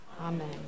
Amen